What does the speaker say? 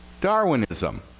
Darwinism